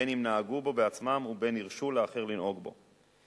בין שנהגו בו בעצמם ובין שהרשו לאחר לנהוג בו.